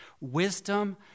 Wisdom